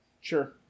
sure